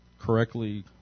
correctly